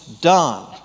done